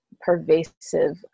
pervasive